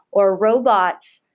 or robots.